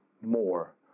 more